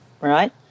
right